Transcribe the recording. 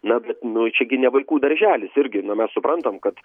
na bet nu čia gi ne vaikų darželis irgi na mes suprantam kad